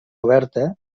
oberta